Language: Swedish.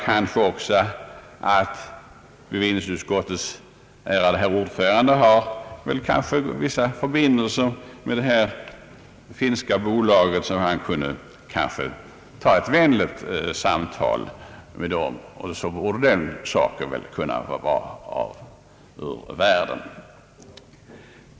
Bevillningsutskottets ärade ordförande torde också ha vissa förbindelser med det finska bolaget. Om han tar ett vänligt samtal med representanter för det finska bolaget borde den här saken kunna bringas ur världen.